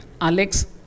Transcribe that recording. Alex